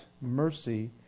mercy